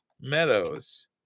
meadows